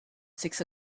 six